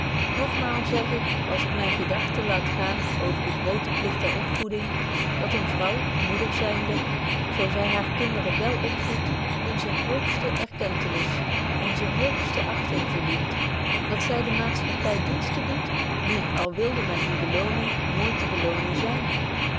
nogmaal zeg ik als ik myne gedachten laat gaan over den grooten pligt der opvoeding dat eene vrouw moeder zynde zo zy hare kinderen wél opvoed onze hoogste erkentenis onze hoogste achting verdient dat zy der maatschappy diensten doet die al wilde men die belonen nooit te belonen